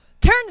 Turns